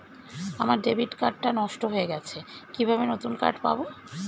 আমার debit card টা নষ্ট হয়ে গেছে কিভাবে নতুন কার্ড পাব?